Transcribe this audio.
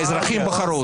האזרחים בחרו בי.